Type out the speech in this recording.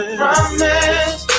promise